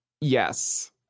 Yes